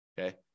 Okay